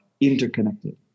interconnected